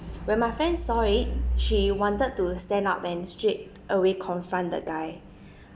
when my friend saw it she wanted to stand up and straight away confront the guy